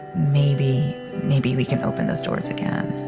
maybe maybe we can open those doors again